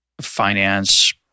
finance